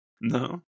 No